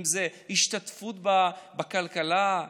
אם זה השתתפות בכלכלה,